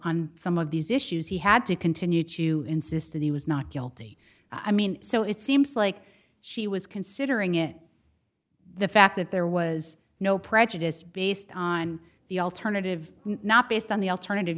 on some of these issues he had to continue to insist that he was not guilty i mean so it seems like she was considering it the fact that there was no prejudice based on the alternative not based on the alternative